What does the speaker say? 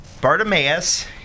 Bartimaeus